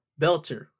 Belter